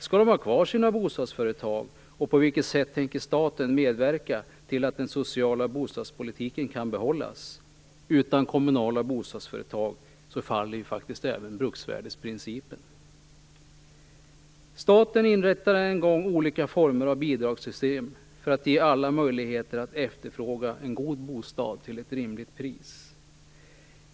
Skall de ha kvar sina bostadsföretag? På vilket sätt tänker staten medverka till att den sociala bostadspolitiken kan behållas? Utan kommunala bostadsföretag faller ju faktiskt även bruksvärdesprincipen. Staten inrättade en gång olika former av bidragssystem för att ge alla möjlighet att efterfråga en god bostad till ett rimligt pris.